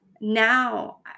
now